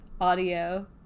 audio